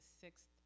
sixth